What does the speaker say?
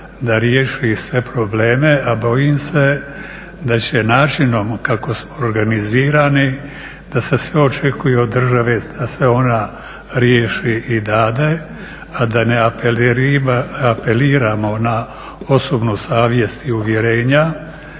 da riješi sve probleme, a bojim se da će načinom kako smo organizirani, da se sve očekuje od države, da se ona riješi i dade, a da ne apeliramo na osobnu savjest i uvjerenja,